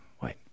Wait